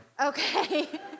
Okay